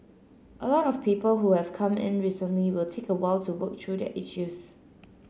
a lot of people who have come in recently will take a while to work through their issues